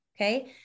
Okay